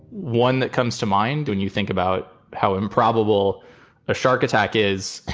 one that comes to mind when you think about how improbable a shark attack is,